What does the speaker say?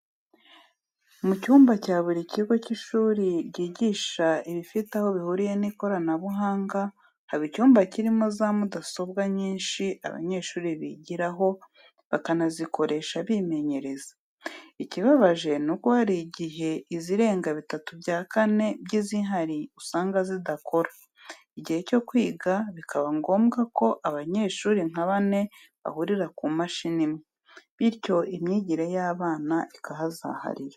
Mu cyumba cya buri kigo cy'ishuri ryigisha ibifite aho bihuriye n'ikoranabuhanga, haba icyumba kirimo za mudasobwa nyinshi abanyeshuri bigiraho, bakanazikoresha bimenyereza. Ikibabaje ni uko hari igihe izirenga bitatu bya kane by'izihari usanga zidakora, igihe cyo kwiga bikaba ngombwa ko abanyeshuri nka bane bahurira ku mashini imwe, bityo imyigire y'abana ikahazaharira.